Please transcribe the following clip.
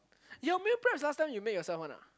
your meal preps last time you make yourself one ah